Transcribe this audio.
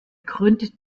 gründet